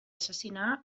assassinar